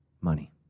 money